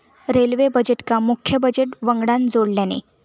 railway बजेटका मुख्य budget वंगडान जोडल्यानी